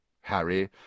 Harry